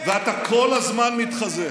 ואתה כל הזמן מתחזה.